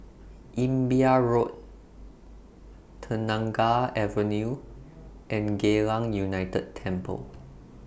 Imbiah Road Kenanga Avenue and Geylang United Temple